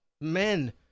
men